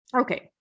Okay